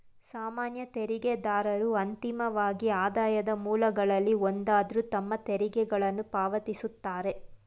ಸಾಮಾನ್ಯ ತೆರಿಗೆದಾರರು ಅಂತಿಮವಾಗಿ ಆದಾಯದ ಮೂಲಗಳಲ್ಲಿ ಒಂದಾದ್ರು ತಮ್ಮ ತೆರಿಗೆಗಳನ್ನ ಪಾವತಿಸುತ್ತಾರೆ